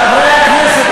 חברי הכנסת,